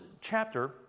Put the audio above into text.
chapter